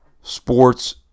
Sports